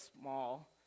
small